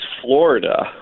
Florida